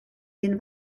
den